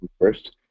first